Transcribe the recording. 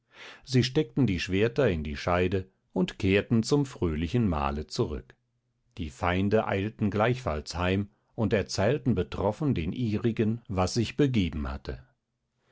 sie steckten die schwerter in die scheide und kehrten zum fröhlichen mahle zurück die feinde eilten gleichfalls heim und erzählten betroffen den ihrigen was sich begeben hatte